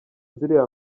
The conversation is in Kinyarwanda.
ziriya